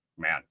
man